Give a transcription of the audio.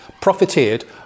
profiteered